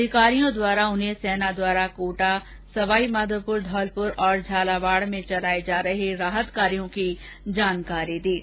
अधिकारियों द्वारा उन्हें सेना द्वारा कोटा सवाईमाधोपुर धौलपुर और झालावाड़ में चलाए जा रहे राहत कार्यो की जानकारी दी गई